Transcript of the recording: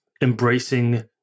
embracing